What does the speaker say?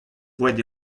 poent